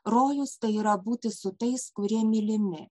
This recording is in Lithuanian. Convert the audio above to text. rojus tai yra būti su tais kurie mylimi